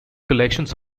collections